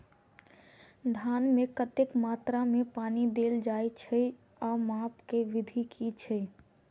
धान मे कतेक मात्रा मे पानि देल जाएँ छैय आ माप केँ विधि केँ छैय?